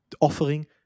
offering